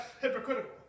hypocritical